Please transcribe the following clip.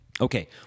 Okay